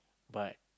but